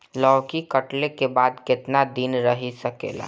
लौकी कटले के बाद केतना दिन रही सकेला?